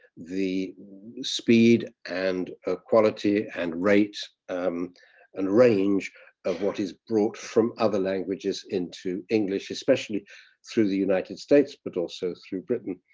the speed and ah quality and rates um and range of what is brought from other languages into english, especially through the united states, but also through britain.